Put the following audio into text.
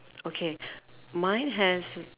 okay mine has